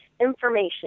information